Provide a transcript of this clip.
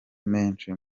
menshi